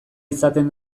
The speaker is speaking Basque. izaten